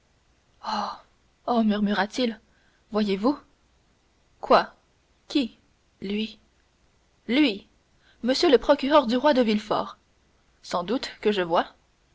oh murmura-t-il enfin voyez-vous quoi qui lui m le procureur du roi de villefort sans doute que je vois